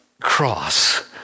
cross